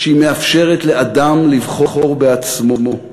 שהיא מאפשרת לאדם לבחור בעצמו.